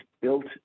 built